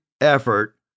effort